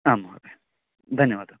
आं महोदय धन्यवादः